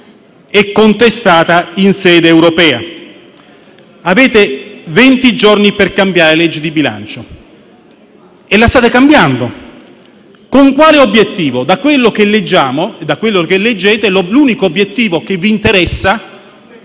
è contestata in sede europea. Avete venti giorni per cambiare la legge di bilancio e la state cambiando. Con quale obiettivo? Da quello che si legge, l'unico obiettivo che vi interessa